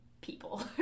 people